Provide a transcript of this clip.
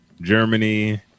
Germany